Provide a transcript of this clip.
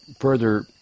Further